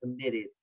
committed